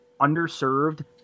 underserved